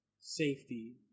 safety